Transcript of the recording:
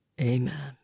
Amen